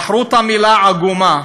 בחרו את המילה "עגומה",